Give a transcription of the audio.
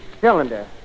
cylinder